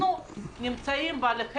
גם מבלי שהוא יודע אם הצד השני מרוויח או לא